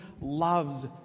loves